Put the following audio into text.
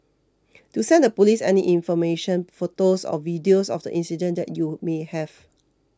do send the Police any information photos or videos of the incident that you may have